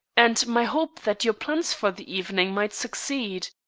and my hope that your plans for the evening might succeed.